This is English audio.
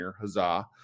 Huzzah